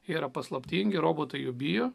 yra paslaptingi robotai jų bijo